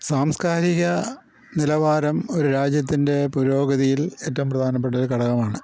സാംസ്കാരിക നിലവാരം ഒരു രാജ്യത്തിൻ്റെ പുരോഗതിയിൽ ഏറ്റവും പ്രധാനപ്പെട്ട ഒരു ഘടകമാണ്